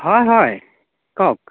হয় হয় কওক